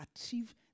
achieve